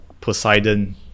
Poseidon